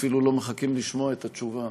אפילו לא מחכים לשמוע את התשובה.